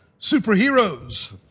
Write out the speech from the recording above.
superheroes